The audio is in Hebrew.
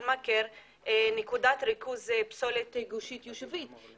מכר נקודת ריכוז פסולת גושית יישובית,